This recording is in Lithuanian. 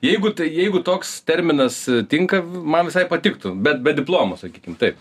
jeigu tai jeigu toks terminas tinka man visai patiktų bet be diplomo sakykim taip